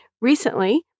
Recently